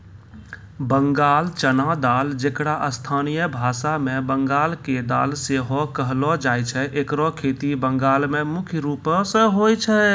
बंगाल चना दाल जेकरा स्थानीय भाषा मे बंगाल के दाल सेहो कहलो जाय छै एकरो खेती बंगाल मे मुख्य रूपो से होय छै